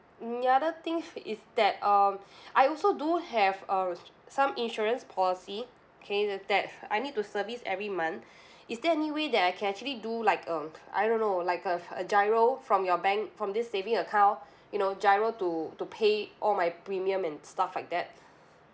another thing is that um I also do have uh some insurance policy okay that I need to service every month is there any way that I can actually do like um I don't know like uh a giro from your bank from this saving account you know giro to to pay all my premium and stuff like that